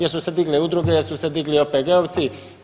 Jer su se digle udruge, jer su se digli OPG-ovci.